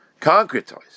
concretize